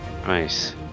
Nice